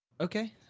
Okay